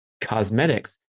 cosmetics